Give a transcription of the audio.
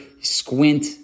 squint